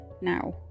now